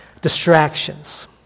Distractions